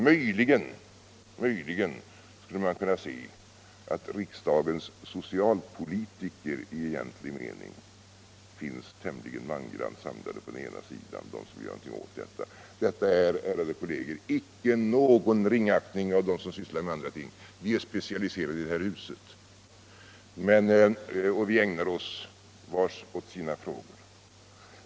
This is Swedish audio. Möjligen skulle man kunna se att riksdagens socialpolitiker i egentlig mening finns tämligen mangrant samlade på den ena sidan, den där de finns som vill göra någonting åt detta. Detta är, ärade kolleger, icke uttryck för ringaktning av dem som sysslar med andra ting. Vi är i det här huset specialiserade och vi ägnar oss var och en åt sina frågor.